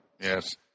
Yes